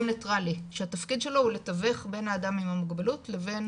נטרלי שהתפקיד שלו זה לתווך בין האדם עם המוגבלות לבין